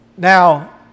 Now